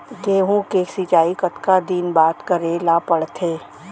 गेहूँ के सिंचाई कतका दिन बाद करे ला पड़थे?